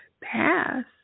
Pass